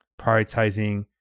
prioritizing